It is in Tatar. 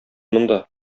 монда